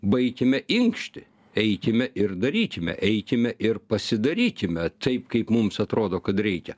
baikime inkšti eikime ir darykime eikime ir pasidarykime taip kaip mums atrodo kad reikia